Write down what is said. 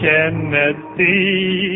Kennedy